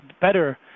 better